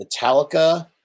Metallica